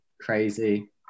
crazy